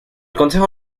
consejo